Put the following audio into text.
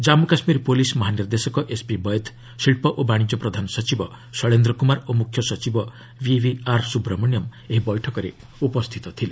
Jammu Kashmir police ମହାନିର୍ଦ୍ଦେଶକ SP Vaid ଶିଳ୍ପ ଓ ବାଣିଜ୍ୟ ପ୍ରଧାନ ସଚିବ ଶୈଳେନ୍ଦ୍ର କୁମାର ଓ ମୁଖ୍ୟ ସଚିବ ବିଭିଆର୍ ସ୍ରବ୍ରମଣ୍ୟମ୍ ଏହି ବୈଠକରେ ଉପସ୍ଥିତ ଥିଲେ